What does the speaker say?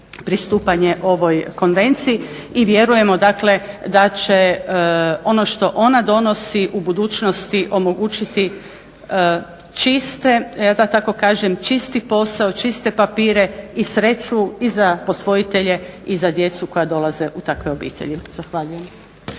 pristupanje ovoj konvenciji i vjerujemo dakle da će ono što ona donosi u budućnosti omogućiti čiste da tako kažem čisti posao, čiste papire i sreću i za posvojitelje i za djecu koja dolaze u takve obitelji. Zahvaljujem.